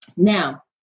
Now